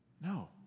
No